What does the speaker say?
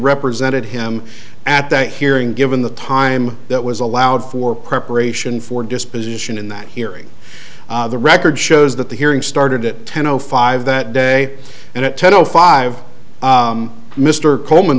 represented him at that hearing given the time that was allowed for preparation for disposition in that hearing the record shows that the hearing started at ten o five that day and at ten o five mr coleman